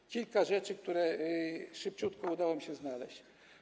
Jest kilka rzeczy, które szybciutko udało mi się znaleźć.